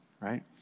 Right